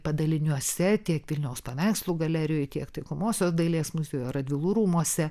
padaliniuose tiek vilniaus paveikslų galerijoj tiek taikomosios dailės muziejuj radvilų rūmuose